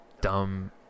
dumb